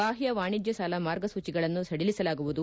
ಬಾಹ್ಯ ವಾಣಿಜ್ಯ ಸಾಲ ಮಾರ್ಗಸೂಚಿಗಳನ್ನು ಸಡಿಲಿಸಲಾಗುವುದು